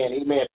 amen